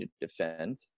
defend